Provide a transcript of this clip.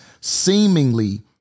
seemingly